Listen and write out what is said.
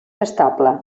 estable